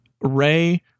Ray